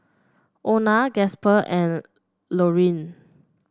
Ona Gasper and Laurene